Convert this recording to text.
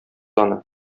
аны